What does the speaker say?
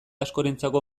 askorentzako